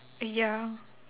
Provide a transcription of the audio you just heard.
ya